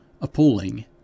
appalling